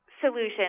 solution